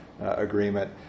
Agreement